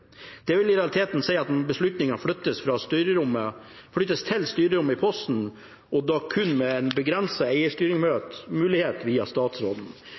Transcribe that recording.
Det vil i realiteten si at beslutningen flyttes til styrerommet i Posten og da kun med en begrenset eierstyringsmulighet via statsråden.